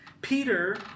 Peter